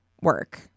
work